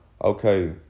okay